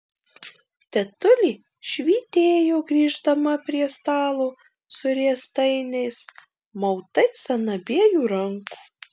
tetulė švytėjo grįždama prie stalo su riestainiais mautais ant abiejų rankų